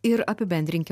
ir apibendrinkim